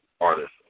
Artist